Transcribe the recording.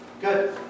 Good